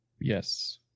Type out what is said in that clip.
Yes